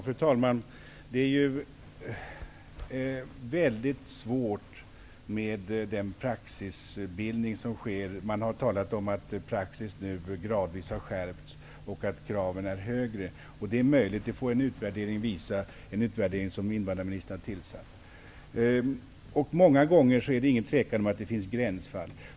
Fru talman! Det är ju väldigt svårt med den praxisbildning som sker. Det har talats om att praxis nu gradvis har skärpts och att kraven är högre. Det är möjligt. Det får den utvärdering visa som invandrarministern har beställt. Det är inget tvivel om att det många gånger är fråga om gränsfall.